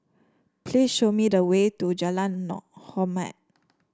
please show me the way to Jalan nor Hormat